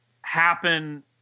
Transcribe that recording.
happen